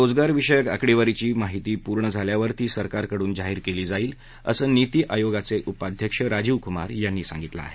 रोजगारविषयक आकडेवारीची माहिती पूर्ण झाल्यावर ती सरकारकडून जाहीर केली जाईल असं नीती आयोगाचे उपाध्यक्ष राजीव कुमार यांनी सांगितलं आहे